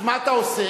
אז מה אתה עושה?